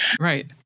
Right